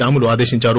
రాములు ఆదేశించారు